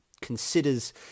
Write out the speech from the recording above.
considers